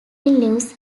lives